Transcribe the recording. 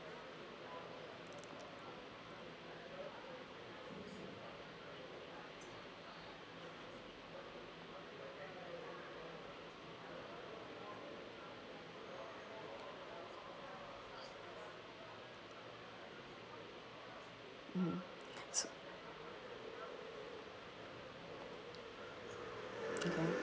mm so okay